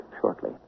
shortly